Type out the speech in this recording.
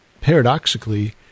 paradoxically